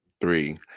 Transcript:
Three